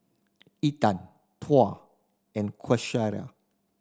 Intan Tuah and Qaisara